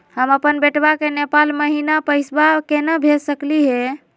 हम अपन बेटवा के नेपाल महिना पैसवा केना भेज सकली हे?